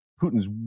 Putin's